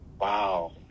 Wow